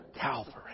Calvary